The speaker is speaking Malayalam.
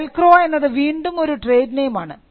വെൽക്രോ എന്നത് വീണ്ടും ഒരു ട്രേഡ് നെയിമാണ്